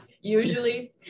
usually